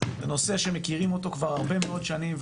זה נושא שמכירים אותו כבר הרבה מאוד שנים,